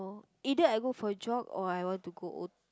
either I go for a jog or I want to go O